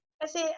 Kasi